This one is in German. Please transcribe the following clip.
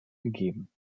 gegeben